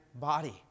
body